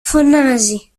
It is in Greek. φωνάζει